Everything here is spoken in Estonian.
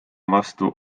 vastu